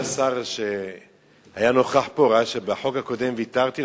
כבוד השר שהיה נוכח פה ראה שבחוק הקודם ויתרתי,